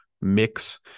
mix